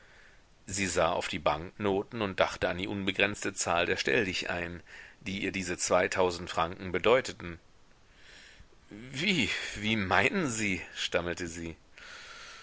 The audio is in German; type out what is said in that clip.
sie sah auf die banknoten und dachte an die unbegrenzte zahl der stelldichein die ihr diese zweitausend franken bedeuteten wie wie meinen sie stammelte sie